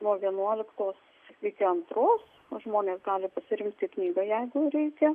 nuo vienuoliktos iki antros žmonės gali pasirinkti knygą jeigu reikia